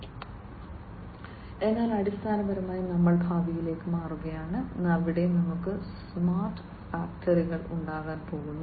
അതിനാൽ അടിസ്ഥാനപരമായി നമ്മൾ ഭാവിയിലേക്ക് മാറുകയാണ് അവിടെ നമുക്ക് സ്മാർട്ട് ഫാക്ടറികൾ ഉണ്ടാകാൻ പോകുന്നു